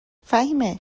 فهیمه